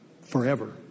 Forever